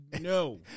no